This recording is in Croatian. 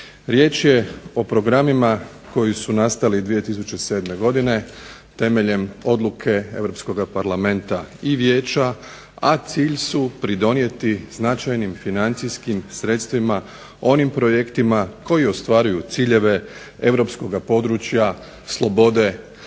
Riječ je o programima koji su nastali 2007. godine temeljem odluke EU parlamenta i Vijeća, a cilj su pridonijeti značajnim financijskim sredstvima onim projektima koji ostvaruju ciljeve europskog područja slobode,